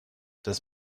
das